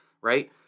right